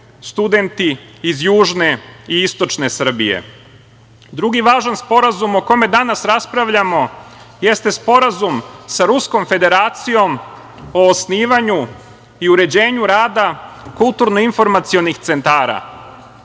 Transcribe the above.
studenti iz južne i istočne Srbije. Drugi važan sporazum o kome danas raspravljamo, jeste sporazum sa Ruskom Federacijom, o osnivanju i uređenju rada kulturno-informacionih centara.